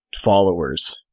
Followers